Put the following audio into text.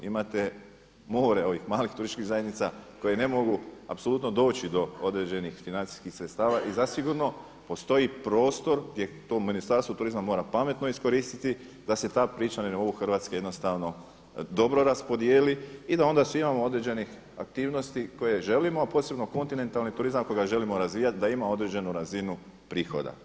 Imate more ovih malih turističkih zajednica koje ne mogu apsolutno doći do određenih financijskih sredstava i zasigurno postoji prostor gdje to u Ministarstvu turizma mora pametno iskoristiti da se ta priča na nivou Hrvatske dobro raspodijeli i da onda … određenih aktivnosti koje želimo, posebno kontinentalni turizam ako ga želimo razvijati da ima određenu razinu prihoda.